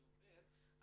אני אומר,